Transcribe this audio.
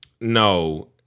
No